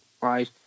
right